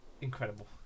incredible